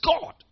God